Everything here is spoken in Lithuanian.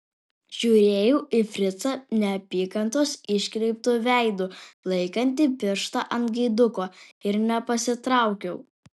žiūrėjau į fricą neapykantos iškreiptu veidu laikantį pirštą ant gaiduko ir nepasitraukiau